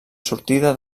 sortida